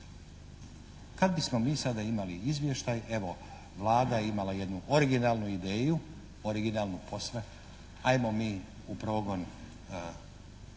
kad bismo mi sad imali izvještaj. Evo, Vlada je imala jednu originalnu ideju, originalnu posve, ajmo mi u progon narkomana,